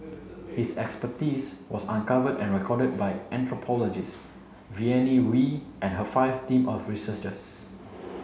his expertise was uncovered and recorded by anthropologist Vivienne Wee and her five team of researchers